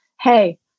hey